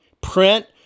print